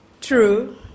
True